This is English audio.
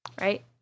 right